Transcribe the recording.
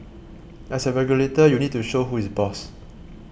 as a regulator you need to show who is boss